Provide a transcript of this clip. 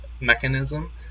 mechanism